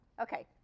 Okay